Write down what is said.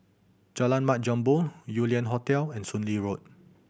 Jalan Mat Jambol Yew Lian Hotel and Soon Lee Road